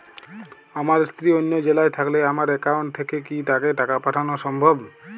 আমার স্ত্রী অন্য জেলায় থাকলে আমার অ্যাকাউন্ট থেকে কি তাকে টাকা পাঠানো সম্ভব?